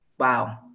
wow